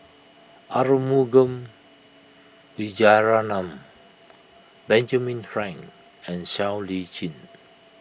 Arumugam Vijiaratnam Benjamin Frank and Siow Lee Chin